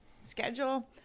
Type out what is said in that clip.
schedule